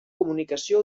comunicació